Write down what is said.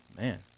man